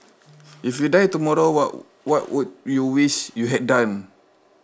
if you die tomorrow what what would you wish you had done